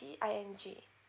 D I N G